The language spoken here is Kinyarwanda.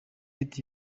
gates